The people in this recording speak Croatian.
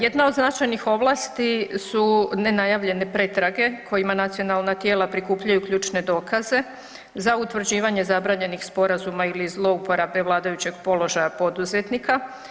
Jedna od značajnih ovlasti su nenajavljene pretrage kojima nacionalna tijela prikupljaju ključne dokaze za utvrđivanje zabranjenih sporazuma ili zlouporabe vladajućeg položaja poduzetnika.